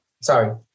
Sorry